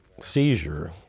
seizure